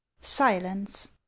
silence